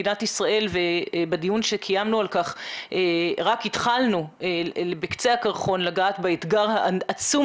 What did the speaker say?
בדיון שקיימנו על כך רק התחלנו לגעת באתגר העצום